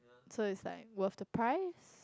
so is like worth the price